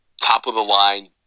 top-of-the-line